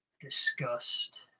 discussed